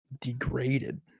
degraded